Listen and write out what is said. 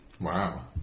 Wow